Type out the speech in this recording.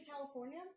California